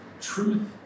Truth